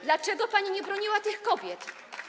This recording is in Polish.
Dlaczego pani nie broniła tych kobiet?